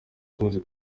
tuzi